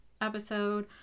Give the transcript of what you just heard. episode